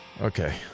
Okay